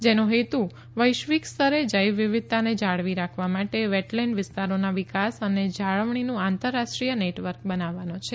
જેનો હેતુ વૈશ્વિક સ્તરે જૈવવિવિધતાને જાળવી રાખવા માલે વે લેન્ડ વિસ્તારોના વિકાસ અને જાળવણીનું આંતરરાષ્ટ્રીય ને વર્ક બનાવવાનો છે